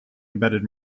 embedded